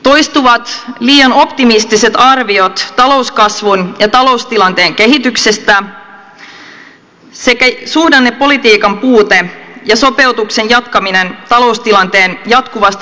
toistuvat liian optimistiset arviot talouskasvun ja taloustilanteen kehityksestä sekä suhdannepolitiikan puute ja sopeutuksen jatkaminen taloustilanteen jatkuvasta heikentymisestä huolimatta